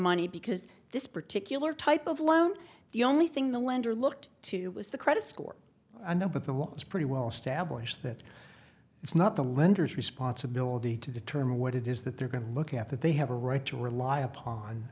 money because this particular type of loan the only thing the lender looked to was the credit score and the but the ones pretty well established that it's not the lenders responsibility to determine what it is that they're going to look at that they have a right to rely upon